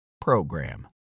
PROGRAM